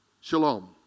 shalom